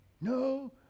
No